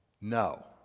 No